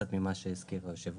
קצת ממה שהזכיר היושב ראש.